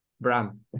brand